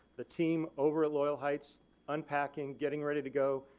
the team over at loyal heights unpacking getting ready to go,